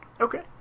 Okay